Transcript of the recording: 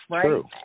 true